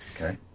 Okay